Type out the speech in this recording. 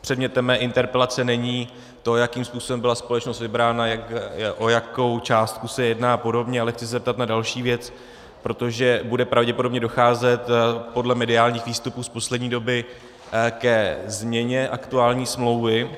Předmětem mé interpelace není to, jakým způsobem byla společnost vybrána, o jakou částku se jedná a podobně, ale chci se zeptat na další věc, protože bude pravděpodobně docházet podle mediálních výstupů z poslední doby ke změně aktuální smlouvy.